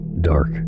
dark